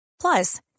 Plus